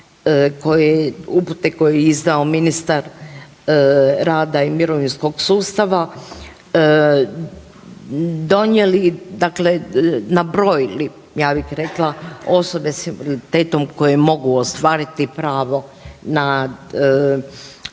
upute koje je izdao ministar rada i mirovinskog sustava donijeli dakle nabrojili ja bih rekla osobe s invaliditetom koje mogu ostvariti pravo na